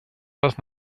does